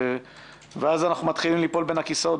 ואז אנחנו מתחילים ליפול בין הכיסאות,